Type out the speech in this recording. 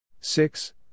Six